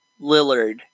Lillard